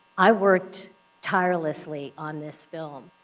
i worked tirelessly on this film.